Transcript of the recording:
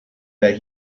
that